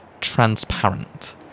transparent